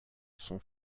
son